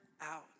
out